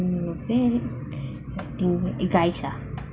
mm then guys ah